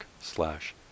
slash